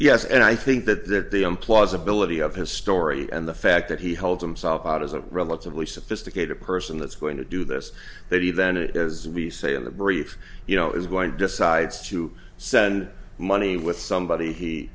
yes and i think that that the implausibility of his story and the fact that he held himself out as a relatively sophisticated person that's going to do this that he then it as we say in the briefs you know is going to decide to send money with somebody he